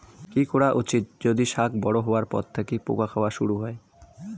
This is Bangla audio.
কি করা উচিৎ যদি শাক বড়ো হবার পর থাকি পোকা খাওয়া শুরু হয়?